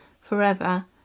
forever